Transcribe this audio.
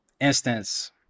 instance